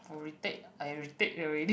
oh retake I retake already